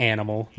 Animal